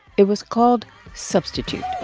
it was called substitute.